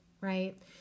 right